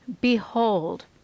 Behold